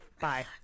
bye